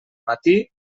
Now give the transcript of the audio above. matí